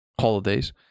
holidays